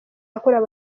yakorewe